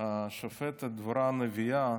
השופטת דבורה הנביאה,